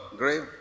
grave